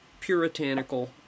puritanical